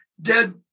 dead